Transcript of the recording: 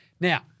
Now